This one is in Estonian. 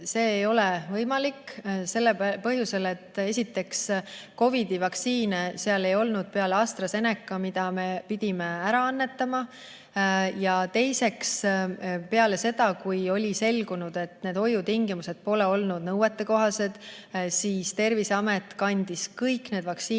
See ei ole võimalik sellel põhjusel, et esiteks, COVID-i vaktsiine seal ei olnud, välja arvatud AstraZeneca, mille me pidime ära annetama. Ja teiseks, peale seda, kui oli selgunud, et hoiutingimused pole olnud nõuetekohased, kandis Terviseamet kõik need vaktsiinid